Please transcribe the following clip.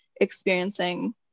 experiencing